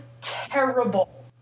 terrible